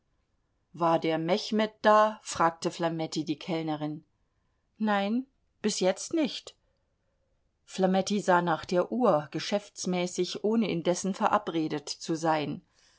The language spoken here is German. war der mechmed da fragte flametti die kellnerin nein bis jetzt nicht flametti sah nach der uhr geschäftsmäßig ohne indessen verabredet zu sein